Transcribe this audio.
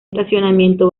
estacionamiento